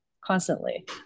constantly